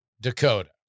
Dakota